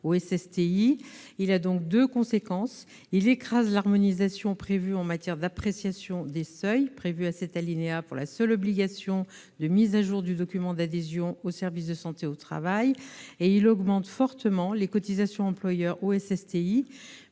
ont donc deux conséquences : elles écrasent l'harmonisation en matière d'appréciation des seuils, prévue à l'alinéa 57 pour la seule obligation de mise à jour du document d'adhésion au service de santé au travail, et elles augmentent fortement les cotisations employeur au SSTI.